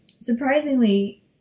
surprisingly